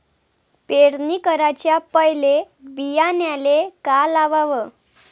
पेरणी कराच्या पयले बियान्याले का लावाव?